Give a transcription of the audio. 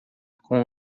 com